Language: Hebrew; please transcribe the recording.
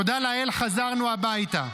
תודה לאל, חזרנו הביתה.